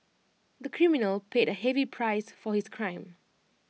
the criminal paid A heavy price for his crime